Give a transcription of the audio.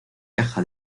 caja